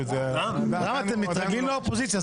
22:32 ונתחדשה בשעה 22:37.) אני מחדש את הישיבה.